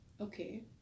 Okay